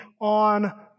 on